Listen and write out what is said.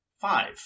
Five